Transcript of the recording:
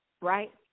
right